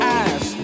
eyes